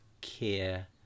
care